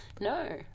No